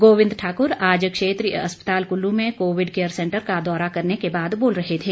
गोविंद ठाकुर आज क्षेत्रीय अस्पताल कुल्लू में कोविड केयर सैंटर का दौरा करने के बाद बोल रहे थे